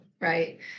right